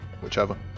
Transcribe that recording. whichever